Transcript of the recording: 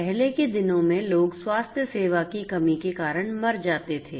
पहले के दिनों में लोग स्वास्थ्य सेवा की कमी के कारण मर जाते थे